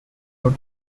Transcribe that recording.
road